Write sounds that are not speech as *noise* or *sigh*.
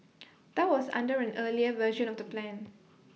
*noise* that was under an earlier version of the plan